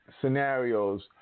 scenarios